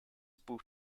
buch